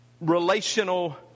relational